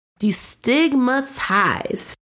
destigmatize